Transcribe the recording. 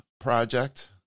project